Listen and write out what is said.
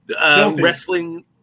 Wrestling